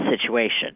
situation